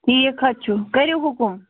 ٹھیٖک حظ چھُ کٔرِو حُکُم